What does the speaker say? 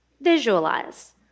visualize